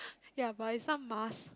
ya but it's some mask